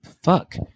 fuck